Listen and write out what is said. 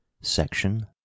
Section